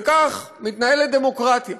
וכך מתנהלת דמוקרטיה.